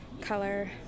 color